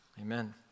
amen